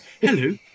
Hello